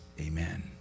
Amen